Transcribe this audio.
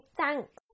thanks